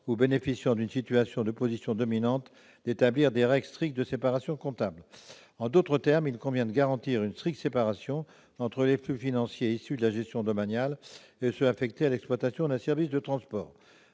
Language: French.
ou bénéficiant d'une position dominante d'établir des règles strictes de séparation comptable. En d'autres termes, il convient de garantir une stricte séparation entre les flux financiers issus de la gestion domaniale et ceux qui sont affectés à l'exploitation d'un service de transport.